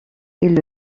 est